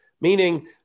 meaning